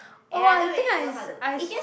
oh I think I s~ I s~